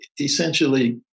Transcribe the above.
essentially